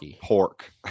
pork